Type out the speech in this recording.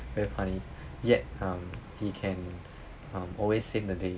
very funny yet um he can um always save the day